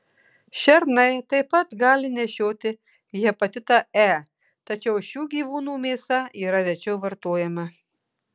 šernai taip pat gali nešioti hepatitą e tačiau šių gyvūnų mėsa yra rečiau vartojama